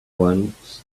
ones